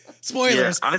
Spoilers